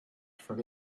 from